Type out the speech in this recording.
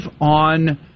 on